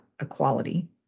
equality